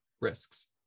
risks